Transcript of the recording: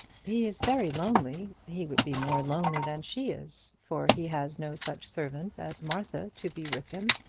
he is very lonely. he would be more lonely than she is, for he has no such servant as martha to be with him.